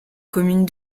commune